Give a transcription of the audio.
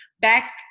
back